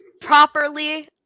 properly